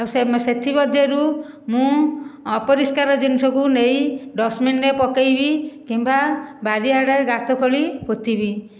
ସେଥିମଧ୍ୟରୁ ମୁଁ ଅପରିଷ୍କାର ଜିନିଷକୁ ନେଇ ଡଷ୍ଟବିନରେ ପକେଇବି କିମ୍ବା ବାରିଆଡ଼େ ଗାତ ଖୋଳି ପୋତିଵି